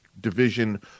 division